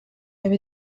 over